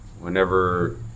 whenever